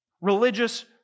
Religious